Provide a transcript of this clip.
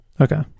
okay